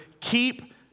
keep